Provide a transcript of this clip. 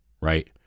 Right